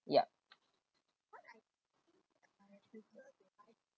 ya